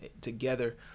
together